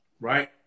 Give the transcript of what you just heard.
right